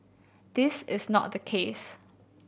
this is not the case